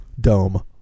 Dome